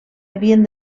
havien